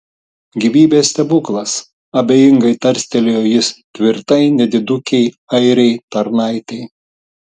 gyvybės stebuklas abejingai tarstelėjo jis tvirtai nedidukei airei tarnaitei